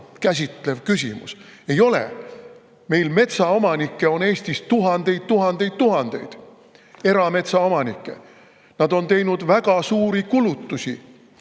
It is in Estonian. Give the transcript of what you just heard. käsitlev küsimus. Ei ole! Meil on metsaomanikke Eestis tuhandeid, tuhandeid, tuhandeid, erametsaomanikke. Nad on teinud väga suuri kulutusi